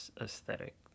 aesthetic